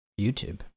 YouTube